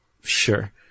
sure